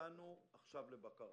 יצאנו עכשיו לבקרה.